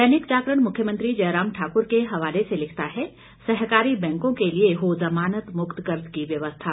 दैनिक जागरण मुख्यमंत्री जयराम ठाक्र के हवाले से लिखता है सहकारी बैंकों के लिए हो जमानत मुक्त कर्ज की व्यवस्था